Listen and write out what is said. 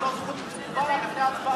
אבל יש לו זכות תגובה לפני ההצבעה.